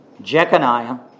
Jeconiah